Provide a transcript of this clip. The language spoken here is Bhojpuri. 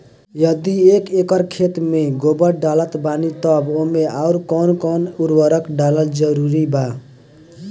यदि एक एकर खेत मे गोबर डालत बानी तब ओमे आउर् कौन कौन उर्वरक डालल जरूरी बा?